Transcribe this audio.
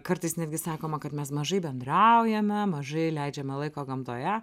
kartais netgi sakoma kad mes mažai bendraujame mažai leidžiame laiką gamtoje